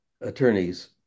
attorneys